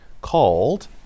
called